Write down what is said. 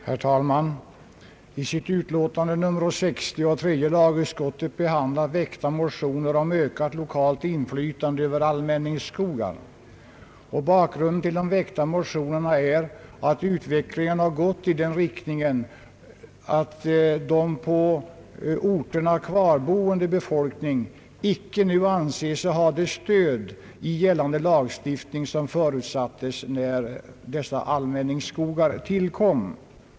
Herr talman! I sitt utlåtande nr 60 har tredje lagutskottet behandlat motioner om ökat lokalt inflytande över allmänningsskogar. Bakgrunden till de väckta motionerna är att utvecklingen har gått i den riktningen att den på orterna kvarboende befolkningen nu icke anser sig ha det stöd i gällande lagstiftning som förutsattes när dessa allmänningsskogar kom till.